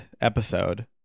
episode